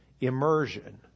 immersion